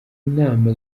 inama